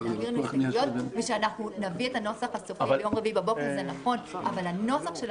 תעבירו לנו הסתייגויות ושאנחנו נביא את הנוסח הסופי ביום רביעי בבוקר,